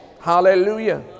Hallelujah